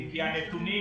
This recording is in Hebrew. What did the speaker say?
כי הנתונים